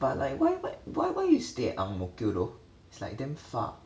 but like why why why why you stay at ang mo kio though it's like damn far